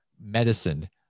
medicine